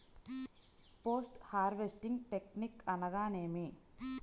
Post harvesting technique అనగా నేమి?